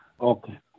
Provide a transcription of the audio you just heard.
Okay